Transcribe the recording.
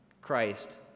Christ